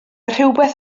rhywbeth